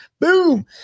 Boom